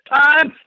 time